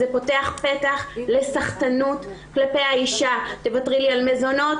זה פותח פתחי לסחטנות כלפי האישה: תוותרי לי על מזונות,